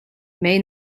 may